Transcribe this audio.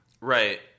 Right